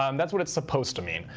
um that's what it's supposed to mean.